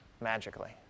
magically